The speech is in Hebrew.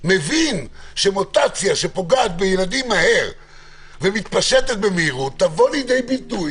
מבין שהמוטציה שפוגעת בילדים ומתפשטת במהירות תבוא לידי ביטוי